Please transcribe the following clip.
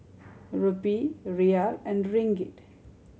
Rupee Riel and Ringgit